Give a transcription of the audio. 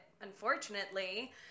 unfortunately